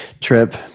trip